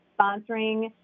sponsoring